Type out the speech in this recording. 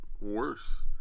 worse